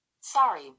Sorry